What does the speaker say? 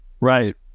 Right